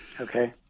Okay